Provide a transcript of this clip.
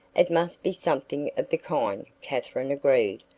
it must be something of the kind, katherine agreed,